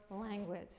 language